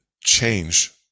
change